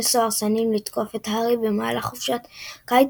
סוהרסנים לתקוף את הארי במהלך חופשת הקיץ,